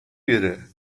گیره